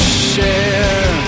share